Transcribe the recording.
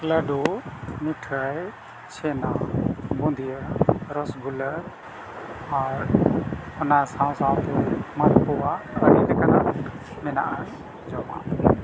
ᱞᱟᱹᱰᱩ ᱢᱤᱴᱷᱟᱹᱭ ᱪᱷᱮᱱᱟ ᱵᱚᱱᱫᱷᱤᱭᱟᱹ ᱨᱚᱥᱜᱩᱞᱞᱟ ᱟᱨ ᱚᱱᱟ ᱥᱟᱶ ᱥᱟᱶᱛᱮ ᱢᱟᱴ ᱠᱚᱣᱟᱜ ᱟᱹᱰᱤ ᱞᱮᱠᱟᱱ ᱢᱮᱱᱟᱜᱼᱟ ᱡᱚᱢᱟᱜ